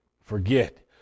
forget